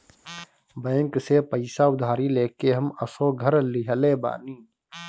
bank से पईसा उधारी लेके हम असो घर लीहले बानी